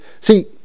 see